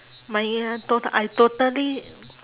my uh I total~ I totally